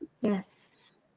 Yes